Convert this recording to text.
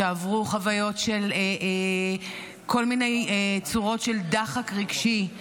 שעברו חוויות של כל מיני צורות של דחק רגשי,